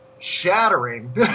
shattering